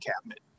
cabinet